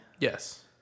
Yes